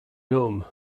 rum